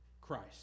Christ